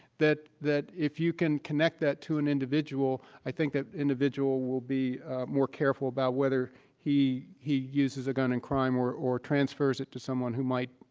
that that if you can connect that to an individual, i think that individual will be more careful about whether he he uses a gun in crime or or transfers it to someone who might,